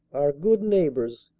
our good neighbors,